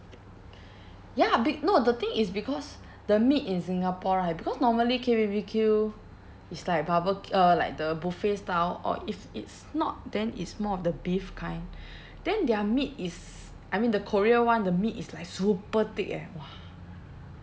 ya be~ no the thing is because the meat in singapore right because normally K_B_B_Q is like barbeq~ uh like the buffet style or if it's not then it's more of the beef kind then their meat is I mean the korea one the meat is like super thick eh !wah!